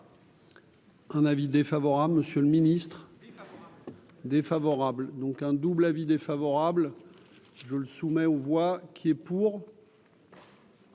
Un avis défavorable, Monsieur le Ministre, défavorable, donc un double avis défavorable, je le soumets aux voix qui est pour.